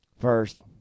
First